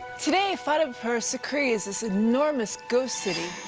today, fatehpur sikri is this enormous ghost city.